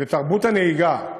לתרבות הנהיגה,